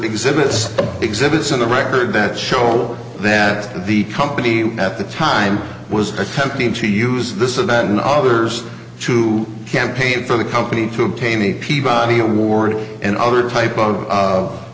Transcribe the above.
exhibits exhibits in the record that show that the company at the time was attempting to use this event and others to campaign for the company to obtain a peabody award and other type of o